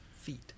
feet